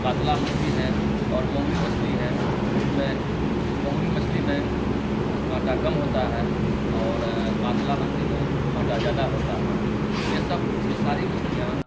کاتلہ مچھلی ہے اور مونگڑی مچھلی ہے اس میں مونگڑی مچھلی میں کانٹا کم ہوتا ہے اور کاتلہ مچھلی میں کانٹا زیادہ ہوتا ہے یہ سب یہ ساری مچھلیاں